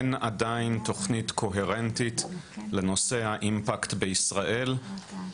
אין עדיין תוכנית קוהרנטית לנושא האימפקט בישראל.